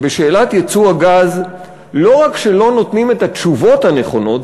הוא שבשאלת ייצוא הגז לא רק שלא נותנים את התשובות הנכונות,